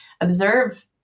observe